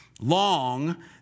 long